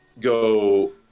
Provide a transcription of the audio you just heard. go